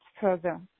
further